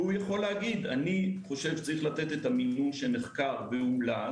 הוא יכול לומר: אני חושב שצריך לתת את המינון שנחקר והומלץ.